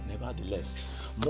nevertheless